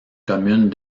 commune